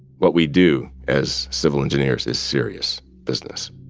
what we do as civil engineers is serious business.